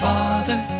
Father